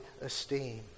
esteem